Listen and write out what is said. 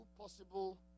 possible